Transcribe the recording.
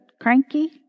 cranky